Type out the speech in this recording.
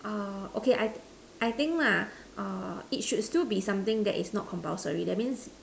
err okay I I think lah err it should still be something that is not compulsory that means